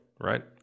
right